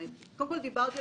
דבר ראשון,